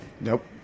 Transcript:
nope